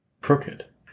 Crooked